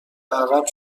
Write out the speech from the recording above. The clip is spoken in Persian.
عقب